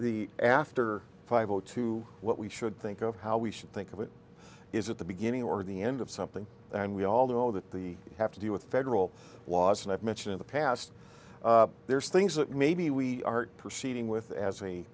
the after five zero to what we should think of how we should think of it is it the beginning or the end of something and we all know that the have to do with federal laws and i've mentioned in the past there's things that maybe we are proceeding with as